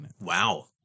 Wow